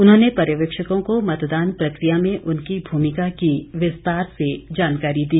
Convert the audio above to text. उन्होंने पर्यवेक्षकों को मतदान प्रक्रिया में उनकी भूमिका की विस्तार से जानकारी दी